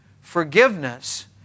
forgiveness